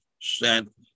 sent